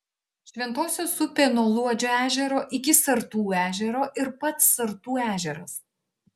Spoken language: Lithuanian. šventosios upė nuo luodžio ežero iki sartų ežero ir pats sartų ežeras